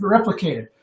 replicated